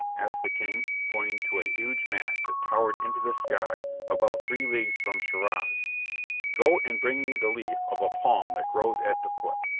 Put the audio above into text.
asked the king, pointing to a huge mass that towered into the sky about three leagues from schiraz go and bring me the leaf of a palm that grows at the foot.